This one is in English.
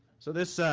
so this, ah.